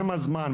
עם הזמן,